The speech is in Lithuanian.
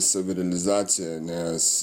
savirealizacija nes